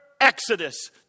exodus